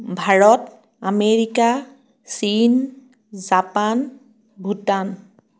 Bharat America চীন Japan Bhutan